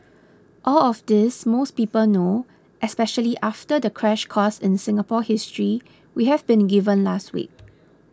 all of this most people know especially after the crash course in Singapore history we've been given last week